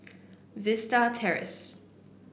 Vista Terrace